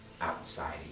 outside